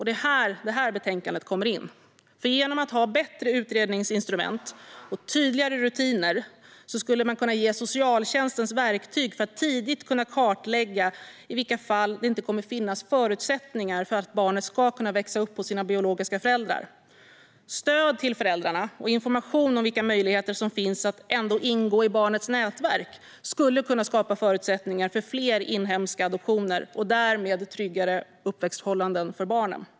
Det är här detta betänkande kommer in, för genom att ha bättre utredningsinstrument och tydligare rutiner skulle man kunna ge socialtjänsten verktyg att tidigt kartlägga i vilka fall det inte kommer att finnas förutsättningar för barnet att växa upp hos sina biologiska föräldrar. Stöd till föräldrarna och information om vilka möjligheter som finns att ändå ingå i barnets nätverk skulle kunna skapa förutsättningar för fler inhemska adoptioner och därmed tryggare uppväxtförhållanden för barnen.